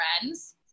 friends